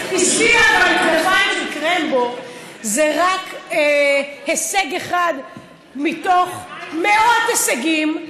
אבל כנפיים של קרמבו זה רק הישג אחד מתוך מאות הישגים.